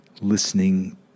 listening